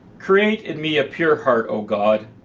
create in me a pure heart, o god,